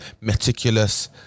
meticulous